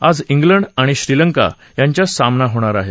आज इंग्लंड आणि श्रीलंका यांच्यात सामना होणार आहे